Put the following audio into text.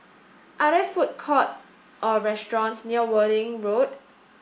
are there food court or restaurants near Worthing Road